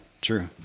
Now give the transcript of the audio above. true